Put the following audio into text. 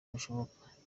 bushoboka